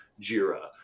Jira